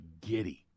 giddy